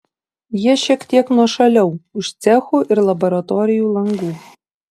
jie šiek tiek nuošaliau už cechų ir laboratorijų langų